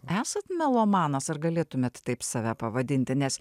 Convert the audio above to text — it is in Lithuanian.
esat melomanas ar galėtumėt taip save pavadinti nes